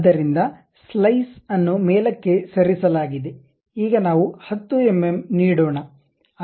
ಆದ್ದರಿಂದ ಸ್ಲೈಸ್ ಅನ್ನು ಮೇಲಕ್ಕೆ ಸರಿಸಲಾಗಿದೆ ಈಗ ನಾವು 10 ಎಂಎಂ ನೀಡೋಣ